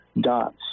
dots